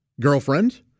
girlfriend